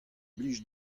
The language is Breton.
blij